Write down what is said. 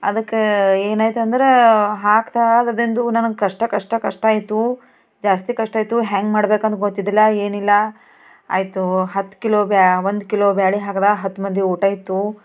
ಅದಕ್ಕೆ ಏನಾಯ್ತಂದ್ರೆ ಹಾಕ್ತಾ ಅದ್ರದಿಂದು ನನಗೆ ಕಷ್ಟ ಕಷ್ಟ ಕಷ್ಟ ಆಯಿತು ಜಾಸ್ತಿ ಕಷ್ಟ ಇತ್ತು ಹ್ಯಾಂಗ ಮಾಡ್ಬೇಕಂತ ಗೊತ್ತಿದ್ದಿಲ್ಲ ಏನಿಲ್ಲ ಆಯಿತು ಹತ್ತು ಕಿಲೋ ಬ್ಯಾ ಒಂದು ಕಿಲೋ ಬ್ಯಾಳಿ ಹಾಕಿದ ಹತ್ತು ಮಂದಿ ಊಟ ಇತ್ತು